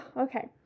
Okay